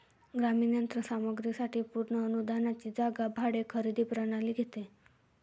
ग्रामीण यंत्र सामग्री साठी पूर्ण अनुदानाची जागा भाडे खरेदी प्रणाली घेते